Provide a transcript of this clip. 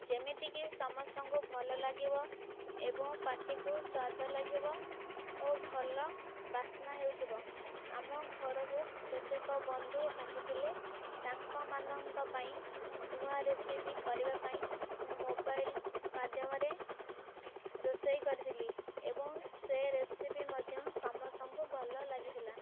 ଯେମିତି କି ସମସ୍ତଙ୍କୁ ଭଲ ଲାଗିବ ଏବଂ ପାଟିକୁ ସ୍ଵାଦ ଲାଗିବ ଓ ଭଲ ବାସ୍ନା ହେଉଥିବ ଆମ ଘରକୁ କେତେକ ବନ୍ଧୁ ଆସିଥିଲେ ତାଙ୍କ ମାନଙ୍କ ପାଇଁ ନୂଆ ରେସିପି କରିବା ପାଇଁ ମୁଁ ମୋବାଇଲ ମାଧ୍ୟମରେ ରୋଷେଇ କରିଥିଲି ଏବଂ ସେ ରେସିପି ମଧ୍ୟ ସମସ୍ତଙ୍କୁ ଭଲ ଲାଗିଥିଲା